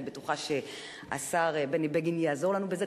אני בטוחה שהשר בני בגין יעזור לנו בזה,